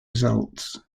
results